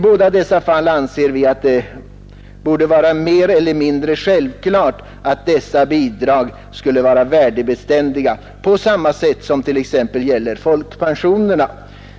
Vi anser att det i båda dessa fall borde vara mer eller mindre självklart att bidragen skall göras värdebeständiga på samma sätt som t.ex. folkpensionerna.